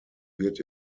wird